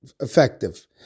effective